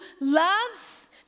loves